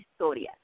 historias